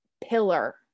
pillar